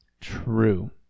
True